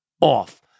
off